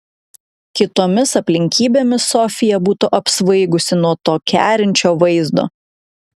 kitomis aplinkybėmis sofija būtų apsvaigusi nuo to kerinčio vaizdo